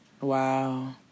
wow